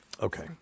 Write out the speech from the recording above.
Okay